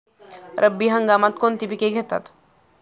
रब्बी हंगामात कोणती पिके घेतात?